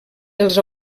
els